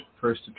first